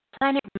Planet